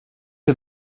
are